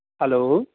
hello